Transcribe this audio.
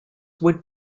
would